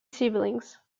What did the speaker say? siblings